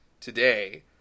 today